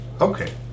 okay